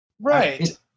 Right